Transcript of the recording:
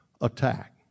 attack